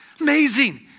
Amazing